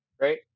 Right